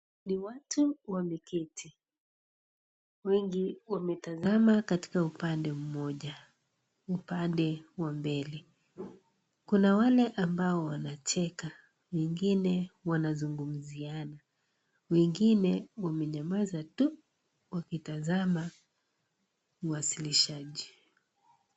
Ni watu wameketi, wengi wametazama katika upande mmoja, upande wa mbele. Kuna wale ambao wanacheka wengine wanazungumziana, wengine wamenyamaza tu wakitazama muwasilishaji.